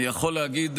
אני יכול להגיד,